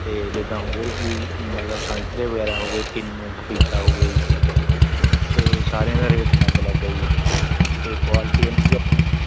ਅਤੇ ਜਿੱਦਾਂ ਹੋਰ ਵੀ ਮਤਲਬ ਸੰਗਤਰੇ ਵਗੈਰਾ ਹੋ ਗਏ ਕਿੰਨੂ ਪਪੀਤਾ ਹੋ ਗਿਆ ਜੀ ਅਤੇ ਸਾਰਿਆਂ ਦਾ ਰੇਟ ਅਲੱਗ ਅਲੱਗ ਹੈ ਜੀ ਅਤੇ ਕੋਆਲੀਟੀ ਇਹਨਾਂ ਦੀ ਆਪਾਂ